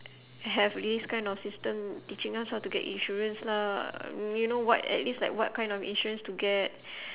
have this kind of system teaching us how to get insurance lah you know what at least like what kind of insurance to get